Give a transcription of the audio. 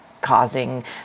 causing